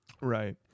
Right